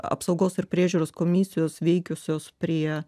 apsaugos ir priežiūros komisijos veikusios prie